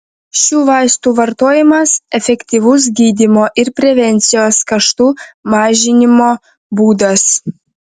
šių vaistų vartojimas efektyvus gydymo ir prevencijos kaštų mažinimo būdas